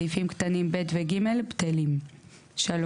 סעיפים קטנים (ב) ו-(ג) בטלים ; (3)